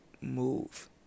move